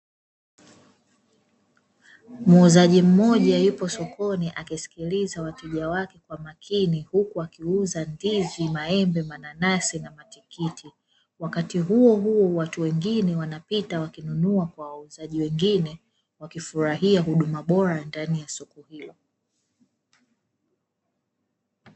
Muuzaji mmoja yupo sokoni akisikiliza wateja wake kwa makini huku akikagua zaidi maembe, mananasi na matikiti. Wakati huu huu watu wengine wanapita wakinunua kwa wauzaji wengine wakifurahia huduma bora ndani ya soko hilo.